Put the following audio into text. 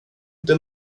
det